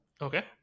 Okay